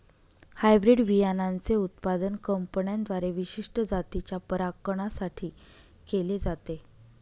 hybrid बियाणांचे उत्पादन कंपन्यांद्वारे विशिष्ट जातीच्या परागकणां साठी केले जाते